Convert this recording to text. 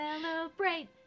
celebrate